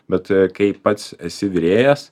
bet kai pats esi virėjas